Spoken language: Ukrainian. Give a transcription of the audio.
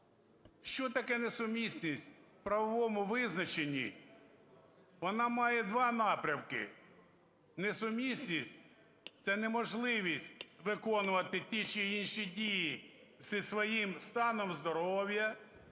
Що таке "несумісність"? У правовому визначенні вона має два напрямки: несумісність – це неможливість виконувати ті чи інші дії за своїм станом здоров'я,